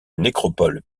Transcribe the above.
nécropole